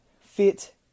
fit